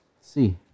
See